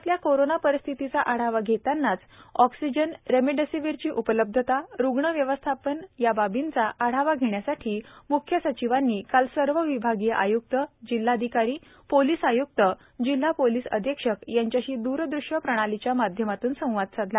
राज्यातल्या कोरोना परिस्थितीचा आढावा घेतानाच ऑक्सिजन रेमडीसीवीरची उपलब्धता रुग्ण व्यवस्थापन याबाबींचा आढावा घेण्यासाठी मुख्य सचिवांनी काल सर्व विभागीय आयुक्त जिल्हाधिकारी पोलिस आयुक्त जिल्हा पोलिस अधीक्षक यांच्याशी द्रदृष्य प्रणालीच्या माध्यमातून संवाद साधला